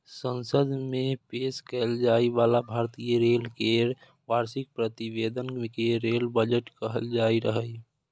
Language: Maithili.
संसद मे पेश कैल जाइ बला भारतीय रेल केर वार्षिक प्रतिवेदन कें रेल बजट कहल जाइत रहै